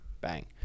bang